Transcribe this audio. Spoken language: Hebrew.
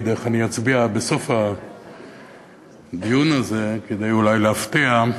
איך אני אצביע בסוף הדיון הזה כדי אולי להפתיע.